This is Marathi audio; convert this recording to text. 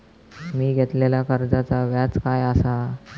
मी घेतलाल्या कर्जाचा व्याज काय आसा?